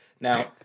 Now